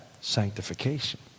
sanctification